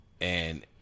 And-